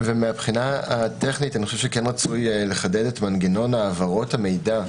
וטכנית אני חושב שרצוי לחדד את מנגנון העברות המידע.